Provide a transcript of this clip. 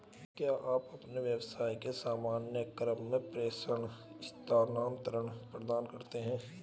क्या आप अपने व्यवसाय के सामान्य क्रम में प्रेषण स्थानान्तरण प्रदान करते हैं?